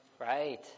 right